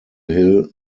hill